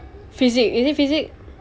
physic~ really physic~